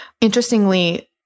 Interestingly